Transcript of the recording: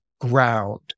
ground